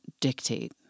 dictate